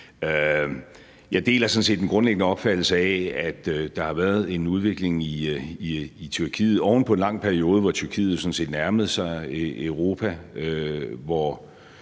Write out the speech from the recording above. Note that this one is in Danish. sådan set den grundlæggende opfattelse af, at der har været en udvikling i Tyrkiet oven på en lang periode, hvor Tyrkiet sådan set nærmede sig Europa,